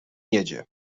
jedzie